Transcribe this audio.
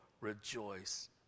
rejoice